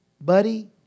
buddy